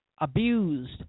abused